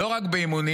לא רק באימונים,